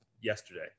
yesterday